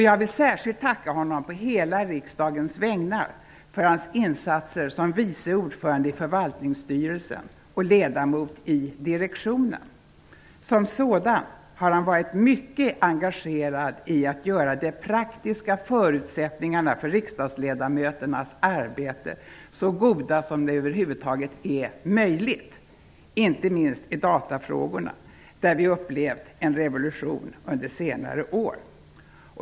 Jag vill särskilt tacka honom på hela riksdagens vägnar för hans insatser som vice ordförande i förvaltningsstyrelsen och ledamot i direktionen. Som sådan har han varit mycket engagerad i att göra de praktiska förutsättningarna för riksdagsledamöternas arbete så goda som det över huvud taget är möjligt, inte minst när det gäller datafrågorna, där vi upplevt en revolution under senare år.